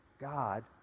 God